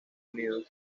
unidos